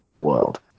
world